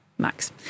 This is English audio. max